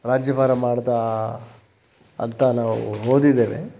ರಾಜ್ಯಭಾರ ಮಾಡಿದ ಅಂತ ನಾವು ಓದಿದ್ದೇವೆ